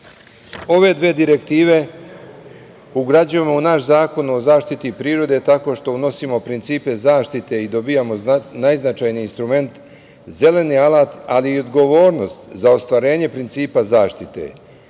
Ove dve direktive ugrađujemo u naš Zakon o zaštiti prirode tako što unosimo principe zaštite i dobijamo najznačajniji instrument – zeleni alat, ali i odgovornost za ostvarenje principa zaštite.